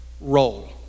role